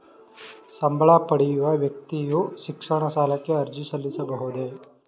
ಸಂಬಳ ಪಡೆಯುವ ವ್ಯಕ್ತಿಯು ಶಿಕ್ಷಣ ಸಾಲಕ್ಕೆ ಅರ್ಜಿ ಸಲ್ಲಿಸಬಹುದೇ?